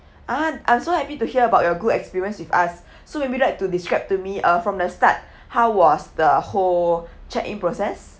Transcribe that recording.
ah I'm so happy to hear about your good experience with us so maybe you'd like to describe to me uh from the start how was the whole check in process